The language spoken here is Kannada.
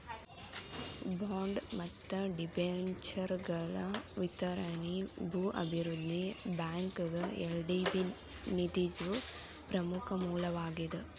ಬಾಂಡ್ ಮತ್ತ ಡಿಬೆಂಚರ್ಗಳ ವಿತರಣಿ ಭೂ ಅಭಿವೃದ್ಧಿ ಬ್ಯಾಂಕ್ಗ ಎಲ್.ಡಿ.ಬಿ ನಿಧಿದು ಪ್ರಮುಖ ಮೂಲವಾಗೇದ